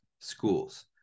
schools